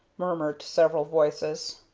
murmured several voices.